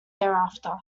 thereafter